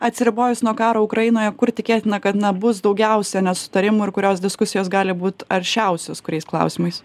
atsiribojus nuo karo ukrainoje kur tikėtina kad na bus daugiausia nesutarimų ir kurios diskusijos gali būt aršiausios kuriais klausimais